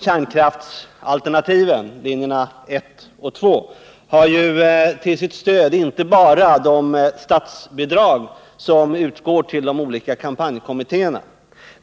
Kärnkraftsalternativen, dvs. linjerna 1 och 2, har ju till sitt stöd inte bara de statsbidrag som utgår till de olika kampanjkommittéerna.